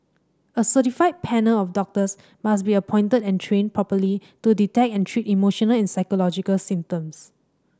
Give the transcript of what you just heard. a certified panel of doctors must be appointed and trained properly to detect and treat emotional and psychological symptoms